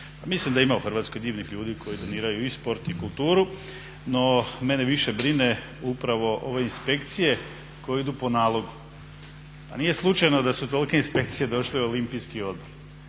mislim da ima u Hrvatskoj divnih ljudi koji doniraju i sport i kulturu, no mene više brine upravo ove inspekcije koje idu po nalogu. Pa nije slučajno da su tolike inspekcije došle u Olimpijsko odbor.